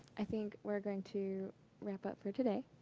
i think we're going to wrap up for today.